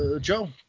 Joe